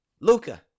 Luca